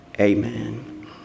amen